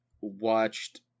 watched